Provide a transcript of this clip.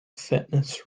fitness